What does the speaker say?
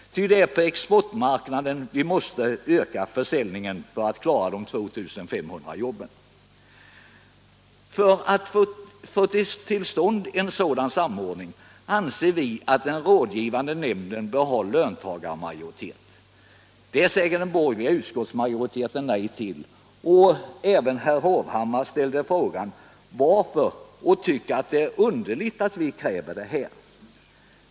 Ty det är på exportmarknaden vi måste öka för 12 maj 1977 säljningen för att klara de 2500 jobben. För att få ull stånd en sådan samordning anser vi att den rådgivande Åtgärder för den nämnden bör ha löntagarmajoritet. Det säger den borgerliga utskotts — manuella glasindumajoriteten nej till. och även herr Hovhammar ställde frågan: Varför? strin Och han tycker att det är underligt att vi kräver detta.